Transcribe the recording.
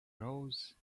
rose